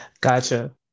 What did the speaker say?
Gotcha